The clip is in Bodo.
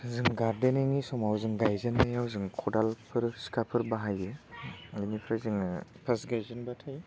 जों गार्देनिंनि समाव जों गायजेननायाव जों खदालफोर सिोखाफोर बाहायो आर बेनिफ्राय जोङो फार्स्ट गायजेनबाथाय